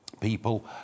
people